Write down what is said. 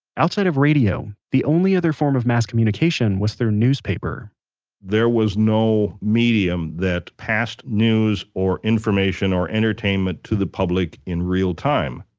outside of radio the only form form of mass communication was through newspaper there was no medium that passed news or information or entertainment to the public in real time,